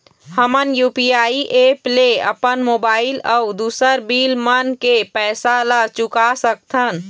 हमन UPI app ले अपन मोबाइल अऊ दूसर बिल मन के पैसा ला चुका सकथन